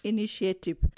Initiative